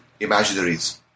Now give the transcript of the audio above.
imaginaries